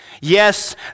Yes